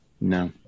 No